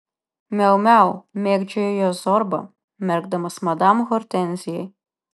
miau miau mėgdžiojo juos zorba merkdamas madam hortenzijai